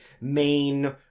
main